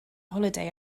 holiday